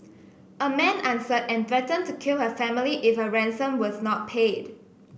a man answered and threatened to kill her family if a ransom was not paid